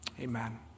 Amen